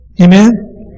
Amen